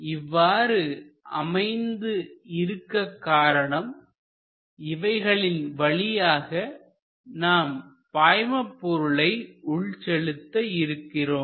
இவ்வாறு அமைந்து இருக்கக் காரணம் இவைகளின் வழியாக நாம் பாய்மபொருளை உள் செலுத்த இருக்கிறோம்